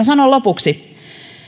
sanon lopuksi